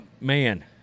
man